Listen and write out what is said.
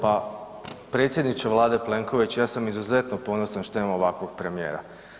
Pa predsjedniče Vlade Plenković, ja sam izuzetno ponosan što imamo ovakvog premijera.